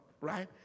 right